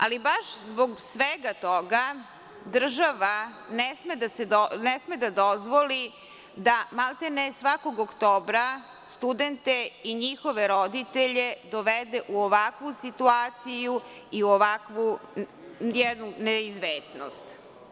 Ali, baš zbog svega toga, država ne sme da dozvoli da maltene svakog oktobra studente i njihove roditelje dovede u ovakvu situaciju i u ovakvu neizvesnost.